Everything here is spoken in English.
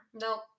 Nope